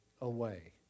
away